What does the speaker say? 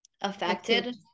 affected